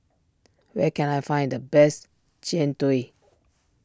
where can I find the best Jian Dui